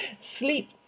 sleep